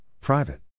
private